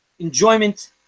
Enjoyment